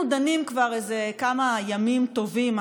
אנחנו דנים כבר איזה כמה ימים טובים,